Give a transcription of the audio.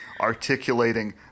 articulating